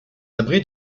abri